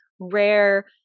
rare